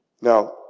Now